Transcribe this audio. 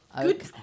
Good